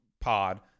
pod